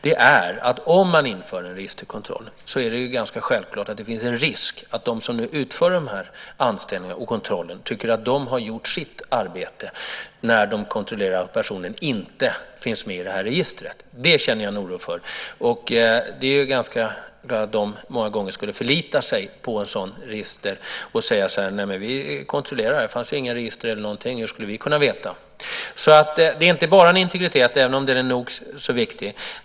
Det är att om man inför en registerkontroll finns det ganska så självklart en risk att de som utför kontrollen av anställda tycker att de har gjort sitt arbete när de kontrollerat att dessa inte finns med i registret. Det känner jag en oro för. De skulle många gånger förlita sig på ett register och säga: Vi kontrollerade, och det fanns ingenting i registren, så hur skulle vi kunna veta annat? Så det handlar inte bara om integritet, även om den är viktig.